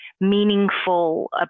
meaningful